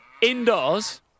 indoors